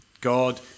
God